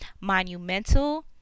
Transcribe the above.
monumental